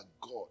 God